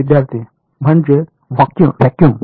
विद्यार्थीः म्हणजे व्हॅक्युम